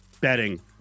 betting